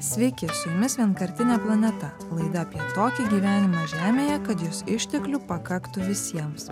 sveiki su jumis vienkartinė planeta laida apie tokį gyvenimą žemėje kad jos išteklių pakaktų visiems